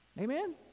Amen